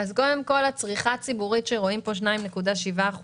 הצריכה הציבורית שרואים פה, 2.7%,